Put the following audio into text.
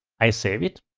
i save it.